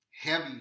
heavy